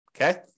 Okay